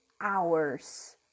hours